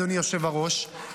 אדוני היושב-ראש,